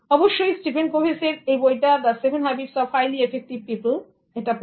অবশ্যই Stephen Covey's র এই বইটা the 7 Habits of Highly Effective People